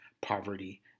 poverty